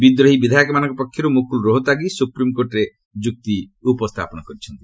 ବିଦ୍ରୋହୀ ବିଧାୟକମାନଙ୍କ ପକ୍ଷରୁ ମୁକୁଲ୍ ରୋହତାଗୀ ସୁପ୍ରିମ୍କୋର୍ଟରେ ଯୁକ୍ତି ଉପସ୍ଥାପନ କରିଛନ୍ତି